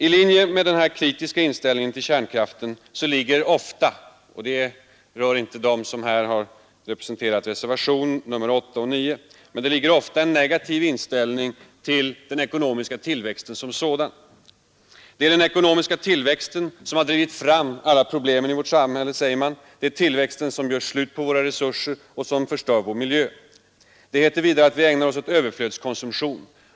I linje med denna kritiska inställning till kärnkraften ligger ofta — även om det inte gäller dem som har anslutit sig till reservationerna 8 och 9 — en negativ inställning till den ekonomiska tillväxten som sådan. Det är den ekonomiska tillväxten som har drivit fram alla problem i vårt samhälle, säger man. Det är tillväxten som gör slut på våra resurser och som förstör vår miljö. Det heter vidare att vi ägnar oss åt överflödskonsumtion.